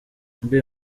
mbe